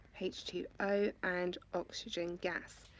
h two o and oxygen gas.